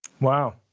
Wow